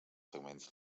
segments